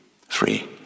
Free